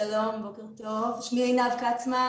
שמי עינב קצמן,